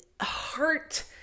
heart-